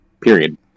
Period